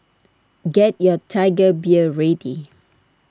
get your Tiger Beer ready